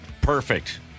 perfect